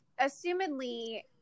assumedly